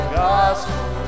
gospel